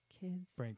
Kids